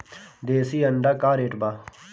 देशी अंडा का रेट बा?